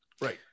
Right